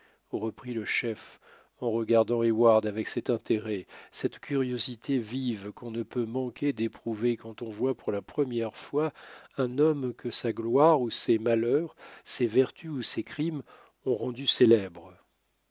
reprit le chef en regardant heyward avec cet intérêt cette curiosité vive qu'on ne peut manquer d'éprouver quand on voit pour la première fois un homme que sa gloire ou ses malheurs ses vertus ou ses crimes ont rendu célèbre